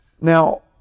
Now